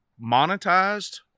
monetized